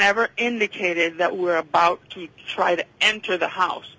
ever indicated that were about to try to enter the house